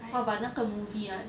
!wah! but 那个 movie ah